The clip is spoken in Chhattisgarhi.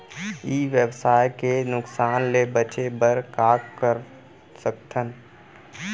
ई व्यवसाय के नुक़सान ले बचे बर का कर सकथन?